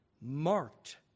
marked